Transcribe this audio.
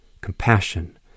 compassion